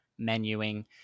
menuing